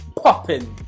popping